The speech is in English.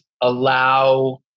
allow